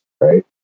right